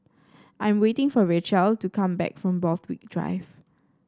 I'm waiting for Racheal to come back from Borthwick Drive